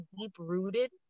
deep-rooted